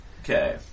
okay